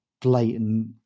blatant